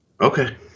Okay